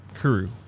Kuru